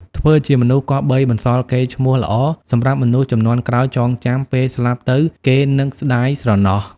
ធ្វើជាមនុស្សគប្បីបន្សល់កេរ្តិ៍ឈ្មោះល្អសម្រាប់មនុស្សជំនាន់ក្រោយចងចាំ ពេលស្លាប់ទៅគេនឹកស្តាយស្រណោះ ។